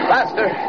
Faster